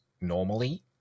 normally